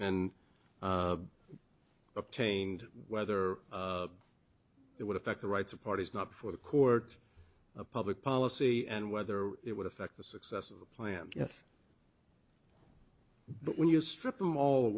and obtained whether it would affect the rights of parties not for the court of public policy and whether it would affect the success of the plan yes but when you strip them all